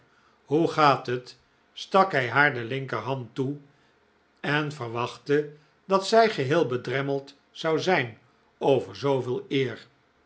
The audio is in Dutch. hoe gaat het stak hij haar de linkerhand toe en verwachtte dat zij geheel bedremmeld zou zijn over zooveel eer